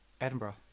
Edinburgh